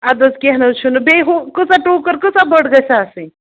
اَدٕ حظ کیٚنٛہہ نہٕ حظ چھُنہٕ بیٚیہِ ہُہ کۭژاہ ٹوٗکر کۭژاہ بٔڑ گژھِ آسٕنۍ